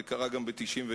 זה קרה גם ב-1996,